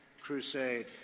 crusade